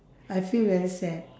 I feel very sad